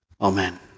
Amen